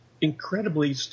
incredibly